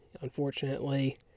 unfortunately